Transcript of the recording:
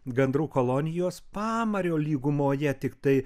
gandrų kolonijos pamario lygumoje tiktai